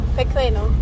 Pequeno